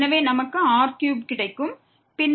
எனவே நமக்கு r3 கிடைக்கும் பின்னர்